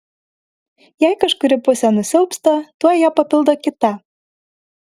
jei kažkuri pusė nusilpsta tuoj ją papildo kita